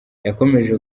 yakomeje